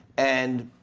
and